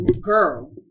girl